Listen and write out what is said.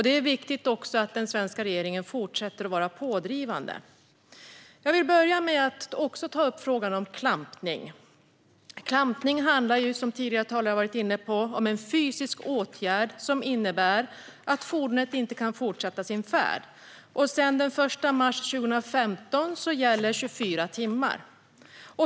Det är viktigt att den svenska regeringen fortsätter att vara pådrivande. Jag vill börja med att ta upp klampning. Som tidigare talare har varit inne på handlar klampning om en fysisk åtgärd som innebär att fordonet inte kan fortsätta sin färd. Sedan den 1 mars 2015 gäller det i 24 timmar.